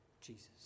Jesus